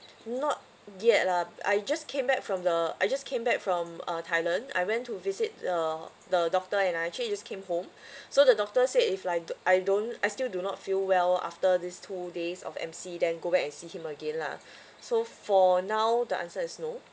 not yet lah I just came back from the I just came back from uh thailand I went to visit the the doctor and I actually just came home so the doctor said if I I don't I still do not feel well after these two days of M_C then go back and see him again lah so for now the answer is no